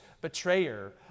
betrayer